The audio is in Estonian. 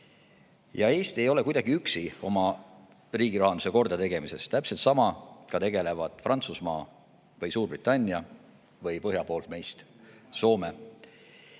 Ja Eesti ei ole kuidagi üksi oma riigirahanduse kordategemises, täpselt samaga tegelevad Prantsusmaa või Suurbritannia või Soome meist